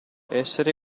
essere